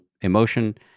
emotion